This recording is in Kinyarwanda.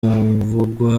uvugwa